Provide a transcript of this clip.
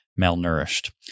malnourished